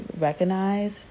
recognize